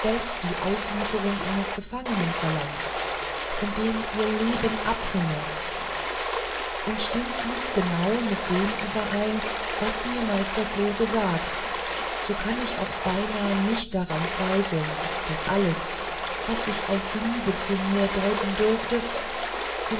die auslieferung eines gefangenen verlangt von dem ihr leben abhinge und stimmt dies genau mit dem überein was mir meister floh gesagt so kann ich auch beinahe nicht daran zweifeln daß alles was ich auf liebe zu mir deuten dürfte